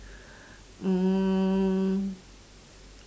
um